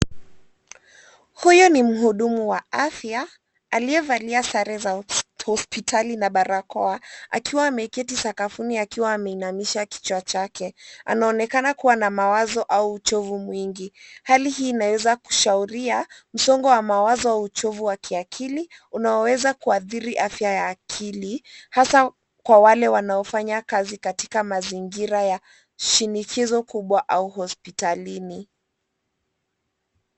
Huyu ni muhudumu wa afya aliyevalia sare za hospitali na barakoa, akiwa ameketi sakafuni akiwa ameinamisha kichwa chake. Anaonekana kua na mawazo au uchovu mwingi. Hali hii inaweza kuashiria msongo wa mawazo au uchovu wa kiakili, unaoweza kuathiri afya ya akili hasa kwa wale wanaofanya kazi katika mazingira ya shinikizo kubwa au hospitalini.